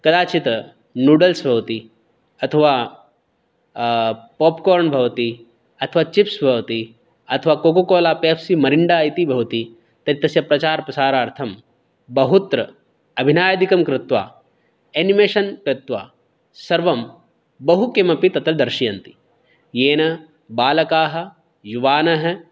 कदाचित् नूडल्स् भवति अथवा पोपकार्न् भवति अथवा चिप्स् भवति अथवा कोको कोला पेप्सी मरिण्डा इति भवति तत् तस्य प्रचारप्रसारार्थं बहुत्र अभिनयादिकं कृत्वा एनिमेशन् कृत्वा सर्वं बहुकिमपि तत्र दर्शयन्ति येन बालकाः युवानः